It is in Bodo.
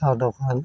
साहा दखान